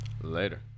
Later